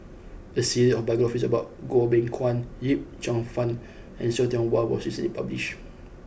a series of biographies about Goh Beng Kwan Yip Cheong Fun and See Tiong Wah was recently published